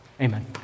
Amen